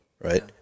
right